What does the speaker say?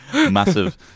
massive